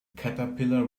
caterpillar